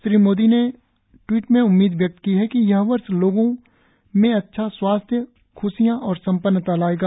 श्री मोदी ने ट्वीट में उम्मीद व्यक्त की कि यह वर्ष लोगों में अच्छा स्वास्थ्य ख्शियां और संपन्नता लायेगा